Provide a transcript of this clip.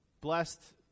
blessed